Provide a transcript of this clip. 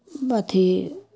अथि